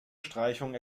streichung